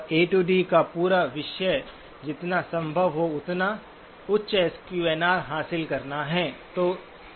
और A D AD का पूरा विषय जितना संभव हो उतना उच्च एस क्यू एन आर हासिल करना है